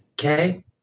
okay